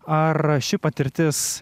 ar ši patirtis